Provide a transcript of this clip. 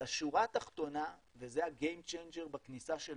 השורה התחתונה, וזה ה-game changer בכניסה של